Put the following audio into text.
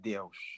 Deus